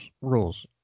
rules